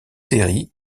série